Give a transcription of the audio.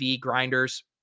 grinders